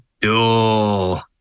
duel